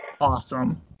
awesome